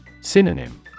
Synonym